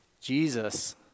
jesus